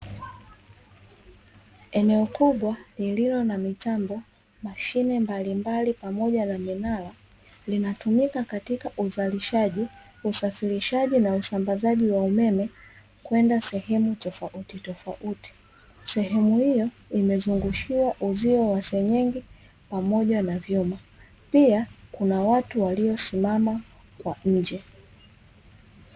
Eneo kubwa lililo na mitambo mashine mbalimbali pamoja na minara linatumika katika uzalishaji, usafirishaji na usambazaji wa umeme kwenda sehemu tofautitofauti sehemu hiyo imezungushwa uzio wa senyenge pamoja na vyuma pia kuna watu waliosimama kwa nje.